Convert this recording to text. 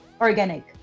organic